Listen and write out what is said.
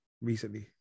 recently